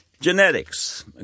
genetics